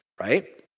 right